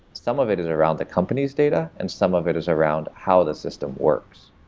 some of it is around the company's data, and some of it is around how the system works.